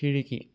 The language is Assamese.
খিৰিকী